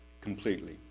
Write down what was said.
completely